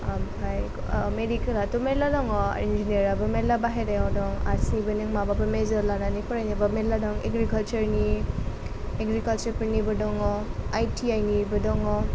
ओमफ्राय मेडिकेलाथ' मेरला दङ इन्जिनियारिंआबो मेरला बाहेरायाव दं आरो आर्ट्सनिबो नौंं माबाफोर मेजर लानानै फरायनोब्लाबो मेरला दं एग्रिकालसारनि एग्रिकालसारफोरनिबो दङ आईटिआई निबो दङ